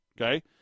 okay